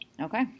Okay